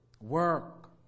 work